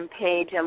page